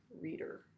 reader